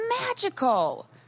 magical